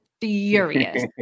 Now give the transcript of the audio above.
furious